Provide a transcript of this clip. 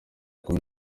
kumi